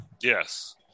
Yes